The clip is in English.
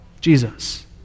Jesus